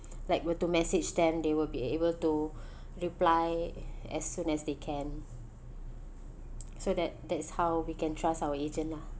like were to message them they will be able to reply as soon as they can so that that's how we can trust our agent lah